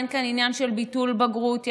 אין כאן עניין של ביטול בגרות,